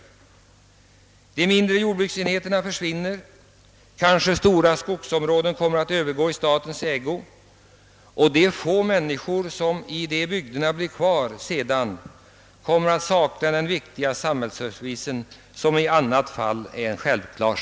De mindre jordbruksenheterna försvinner — stora skogsområden kommer att övergå i statens ägo, och de få människor som blir kvar i ifrågavarande bygder kommer att sakna den viktiga samhällsservice som eljest betraktas som självklar.